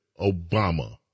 Obama